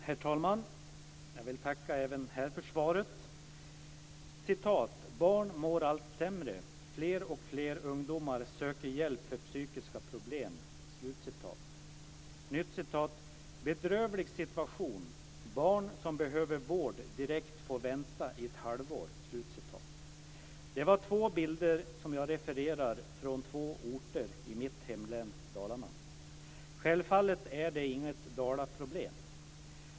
Herr talman! Jag vill tacka även för det här svaret. Jag vill referera till två bilder från två orter i mitt hemlän Dalarna: Barn mår allt sämre - fler och fler ungdomar söker hjälp för psykiska problem. Bedrövlig situation - barn som behöver vård direkt får vänta i ett halvår. Självfallet är det här inget dalaproblem.